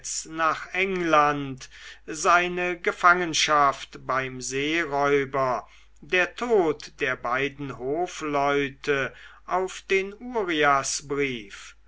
nach england seine gefangenschaft beim seeräuber der tod der beiden hofleute auf den